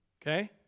Okay